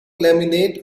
laminate